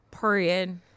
Period